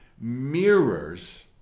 mirrors